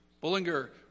Bullinger